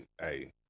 hey